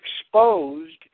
exposed